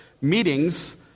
meetings